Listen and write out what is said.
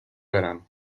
verano